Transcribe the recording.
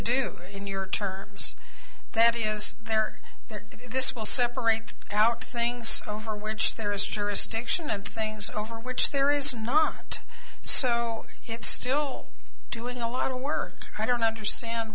do in your terms that is there this will separate out things over which there is jurisdiction and things over which there is not so it's still doing a lot of work i don't understand